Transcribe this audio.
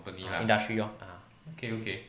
ah industry lor ah